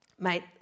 mate